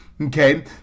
Okay